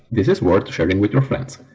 this is worth sharing with your friends!